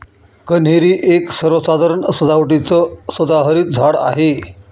कन्हेरी एक सर्वसाधारण सजावटीचं सदाहरित झाड आहे